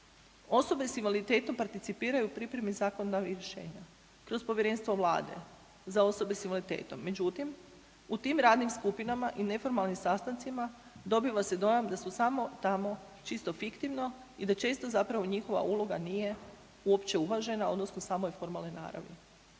Osobe s invaliditetom participiraju u pripremi zakonodavnih rješenja kroz povjerenstva vlade za osobe s invaliditetom. Međutim, u tim radnim skupinama i neformalnim sastancima dobiva se dojam da su samo tamo čisto fiktivno i da često zapravo njihova uloga nije uopće uvažena odnosno samo je formalne naravi.